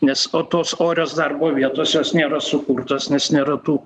nes o tos orios darbo vietos jos nėra sukurtos nes nėra tų